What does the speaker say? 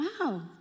wow